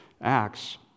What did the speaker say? Acts